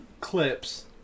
clips